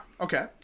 Okay